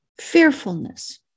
fearfulness